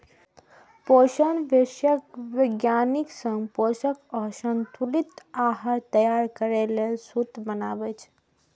पोषण विशेषज्ञ वैज्ञानिक संग पोषक आ संतुलित आहार तैयार करै लेल सूत्र बनाबै छै